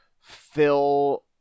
fill